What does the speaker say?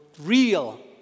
real